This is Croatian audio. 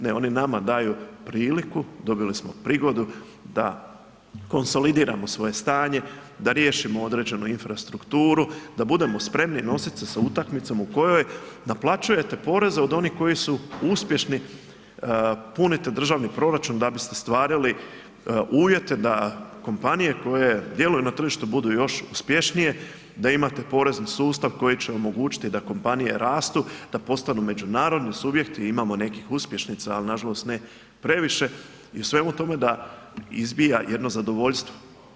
Ne, oni nama daju priliku, dobili smo prigodu da konsolidiramo svoje stanje, da riješimo određenu infrastrukturu, da budemo spremni nositi sa utakmicama u kojoj naplaćujete poreze od onih koji su uspješni punit državni proračun da biste ostvarili uvjete da kompanije koje djeluju na tržištu, budu još uspješnije, da imate porezni sustav koji će omogućiti da kompanije rastu, da postanu međunarodni subjekt, imamo nekih uspješnica ali nažalost ne previše i u svemu tome da izbija jedno zadovoljstvo.